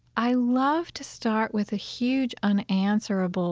i love to start with a huge unanswerable